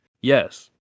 Yes